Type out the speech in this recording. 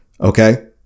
Okay